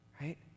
right